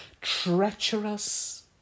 treacherous